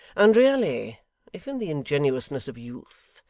and really if in the ingenuousness of youth,